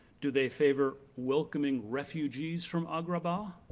do they favor welcoming refugees from agrabah,